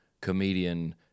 comedian